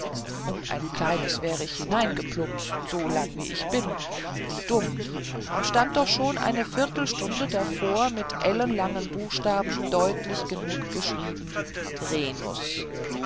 um ein kleines wär ich hineingeplumpst so lang wie ich bin wie dumm und stand doch schon eine viertelstunde davor mit ellenlangen buchstaben deutlich genug geschrieben